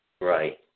Right